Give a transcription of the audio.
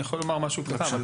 אני יכול לומר משהו קטן.